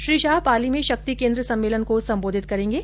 श्री शाह पाली में शक्ति केन्द्र सम्मेलन को संबोधित करेंगे